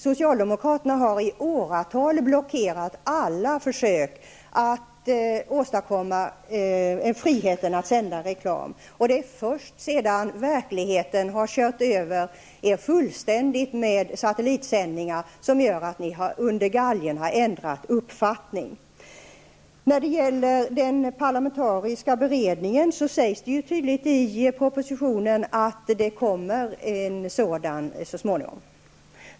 Socialdemokraterna har i åratal blockerat alla försök att åstadkomma en frihet att sända reklam. Det är först sedan verkligheten har kört över er fullständigt med satellitsändningar som ni under galgen har ändrat uppfattning. När det gäller den parlamentariska beredningen sägs tydligt i propositionen att det kommer en sådan så småningom.